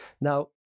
Now